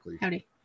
Howdy